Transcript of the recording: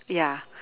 ya